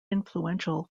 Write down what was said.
influential